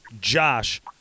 Josh